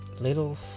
little